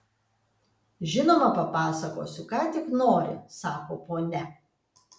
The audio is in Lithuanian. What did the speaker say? žinoma papasakosiu ką tik nori sako ponia